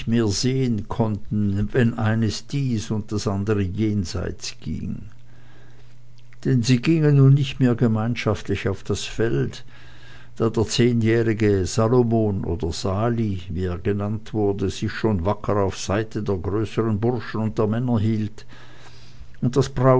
mehr sehen konnten wenn eines dies und das andere jenseits ging denn sie gingen nun nicht mehr gemeinschaftlich auf das feld da der zehnjährige salomon oder sali wie er genannt wurde sich schon wacker auf seite der größeren burschen und der männer hielt und das